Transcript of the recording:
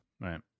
right